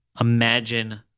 Imagine